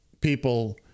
people